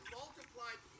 multiplied